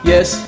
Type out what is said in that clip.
Yes